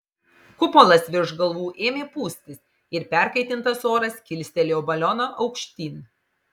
kupolas virš galvų ėmė pūstis ir perkaitintas oras kilstelėjo balioną aukštyn